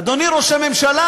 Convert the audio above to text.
אדוני ראש הממשלה,